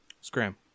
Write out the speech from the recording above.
Scram